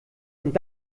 und